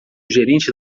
gerente